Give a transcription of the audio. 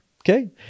okay